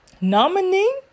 Nominee